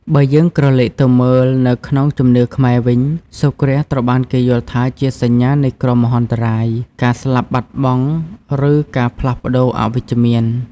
បើយើងក្រឡេកទៅមើលនៅក្នុងជំនឿខ្មែរវិញ សូរ្យគ្រាសត្រូវបានគេយល់ថាជាសញ្ញានៃគ្រោះមហន្តរាយ ការស្លាប់បាត់បង់ ឬការផ្លាស់ប្តូរអវិជ្ជមាន ។